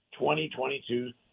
2022